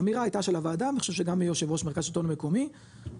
האמירה הייתה של הוועדה אני חושב שגם מיושב ראש מרכז שלטון מקומי אמרה,